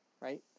right